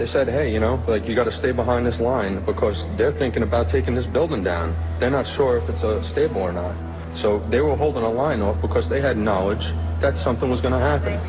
they said hey you know but you got to stay behind this line because they're thinking about taking this building down they're not sure if it's a stable or not so they will hold the line up because they had knowledge that something was going to